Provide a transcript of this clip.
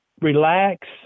relax